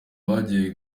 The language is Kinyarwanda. bagiye